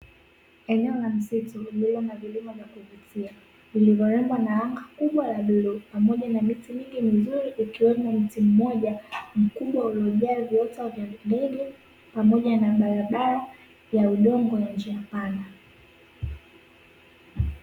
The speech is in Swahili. Eneo la msitu; lililo na vilima vya kuvutia vilivyorembwa na anga kubwa la bluu, pamoja na miti mingi mizuri, ikiwemo mti mmoja mkubwa uliojaa viota vya ndege, pamoja na barabara ya udongo ya njia panda.